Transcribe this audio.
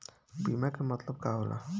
बीमा के मतलब का होला?